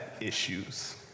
issues